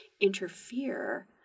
interfere